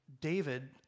David